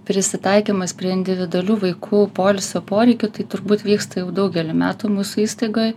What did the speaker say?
prisitaikymas prie individualių vaikų poilsio poreikių tai turbūt vyksta jau daugelį metų mūsų įstaigoj